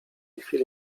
chwili